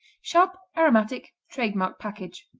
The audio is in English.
sharp aromatic trade-marked package.